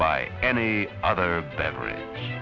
by any other beverage